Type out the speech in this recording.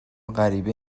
غریبه